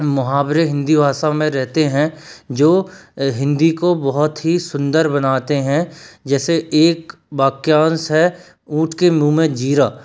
मुहावरे हिन्दी भाषा में रहते हैं जो हिन्दी को बहुत ही सुन्दर बनाते हैं जैसे एक वाक्यांश है ऊँट के मुँह में जीरा